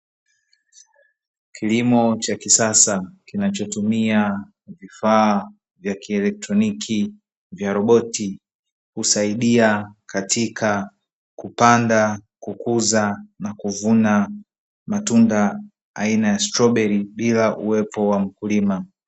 Kilimo cha kisasa kinachotumia vifaa vya kielektroniki vya roboti husaidia katika kupanda, kukuza na kuvuna matunda aina ya strawberry bila uwepo wa mkulima.